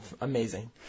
Amazing